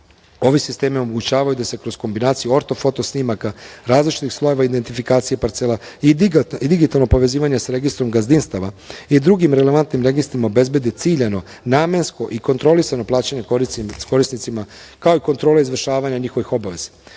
Ovi sistemi omogućavaju da se kroz kombinaciju ortofoto snimaka različitih slojeva identifikacije parcela i digitalno povezivanje sa registrom gazdinstava i drugim relevantnim registrima obezbedi ciljano, namensko i kontrolisano plaćanje korisnicima, kao i kontrola izvršavanja njihovih obaveza.